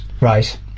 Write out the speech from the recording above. Right